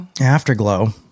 Afterglow